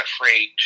afraid